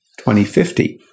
2050